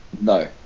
No